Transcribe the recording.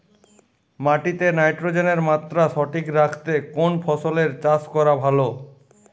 মাটিতে নাইট্রোজেনের মাত্রা সঠিক রাখতে কোন ফসলের চাষ করা ভালো?